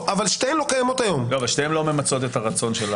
אבל שתיהן לא ממצות את הרצון.